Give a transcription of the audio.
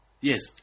Yes